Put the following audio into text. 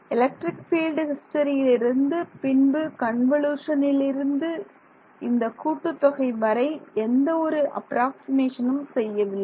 electric field ஹிஸ்டரியிலிருந்து பின்பு கன்வொலுஷனிலிருந்து இந்த கூட்டுத்தொகை வரை எந்த ஒரு அப்ராக்ஸிமேஷனும் செய்யவில்லை